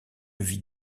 vie